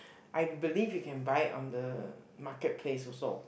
I believe you can buy on the market place also